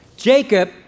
Jacob